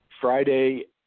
Friday